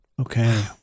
Okay